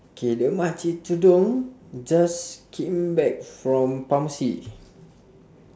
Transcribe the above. K the makcik tudung just came back from pharmacy